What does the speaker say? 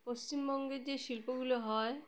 পশ্চিমবঙ্গের যে শিল্পগুলো হয়